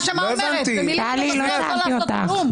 טלי, לא שאלתי אותך.